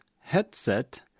headset